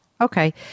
Okay